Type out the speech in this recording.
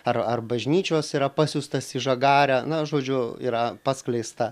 ar ar bažnyčios yra pasiųstas į žagarę na žodžiu yra paskleista